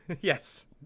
yes